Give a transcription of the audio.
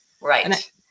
Right